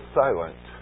silent